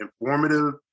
informative